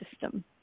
system